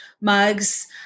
mugs